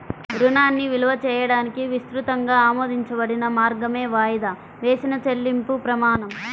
రుణాన్ని విలువ చేయడానికి విస్తృతంగా ఆమోదించబడిన మార్గమే వాయిదా వేసిన చెల్లింపు ప్రమాణం